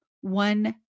one